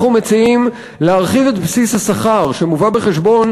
אנחנו מציעים להרחיב את בסיס השכר שמובא בחשבון